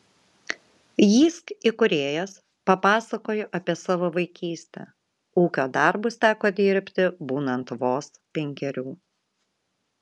jysk įkūrėjas papasakojo apie savo vaikystę ūkio darbus teko dirbti būnant vos penkerių